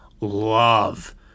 love